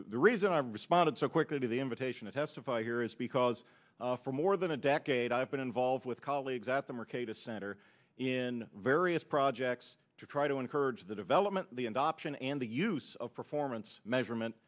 the reason i've responded so quickly to the invitation to testify here is because for more than a decade i've been involved with colleagues at the market a center in various projects to try to encourage the development of the adoption and the use of performance measurement